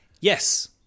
Yes